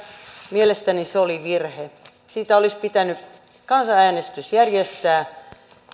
mielestäni se oli virhe siitä olisi pitänyt kansanäänestys järjestää